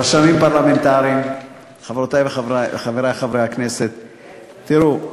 רשמים פרלמנטריים, חברותי וחברי חברי הכנסת, תראו,